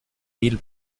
mille